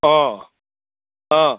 অঁ অঁ